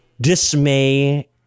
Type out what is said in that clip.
dismay